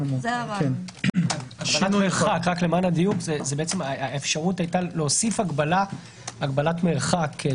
האפשרות היתה להוסיף הגבלת מרחק.